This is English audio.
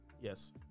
yes